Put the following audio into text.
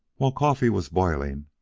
while coffee was boiling,